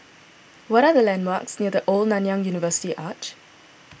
what are the landmarks near the Old Nanyang University Arch